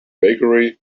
bakery